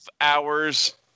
hours